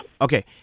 Okay